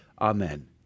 amen